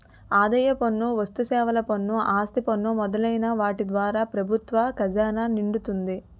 ఆదాయ పన్ను వస్తుసేవల పన్ను ఆస్తి పన్ను మొదలైన వాటి ద్వారా ప్రభుత్వ ఖజానా నిండుతుంది